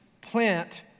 plant